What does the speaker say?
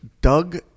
Doug